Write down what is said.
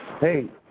hey